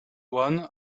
one